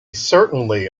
certainly